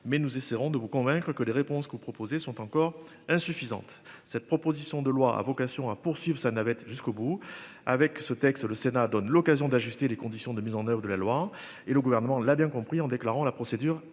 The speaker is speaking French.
mais nous essaierons de vous convaincre que les réponses que vous proposez sont encore insuffisantes. Cette proposition de loi à vocation à poursuivre sa navette jusqu'au bout avec ce texte, le Sénat donne l'occasion d'ajuster les conditions de mise en oeuvre de la loi et le gouvernement là d'compris en déclarant la procédure